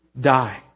die